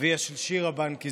אביה של שירה בנקי,